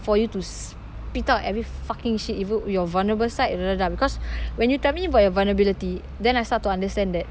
for you to spit out every fucking shit even you're vulnerable side because when you tell me about your vulnerability then I start to understand that